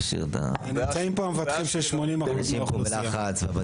יושב הראש, קודם כל תודה.